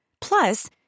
Plus